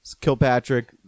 Kilpatrick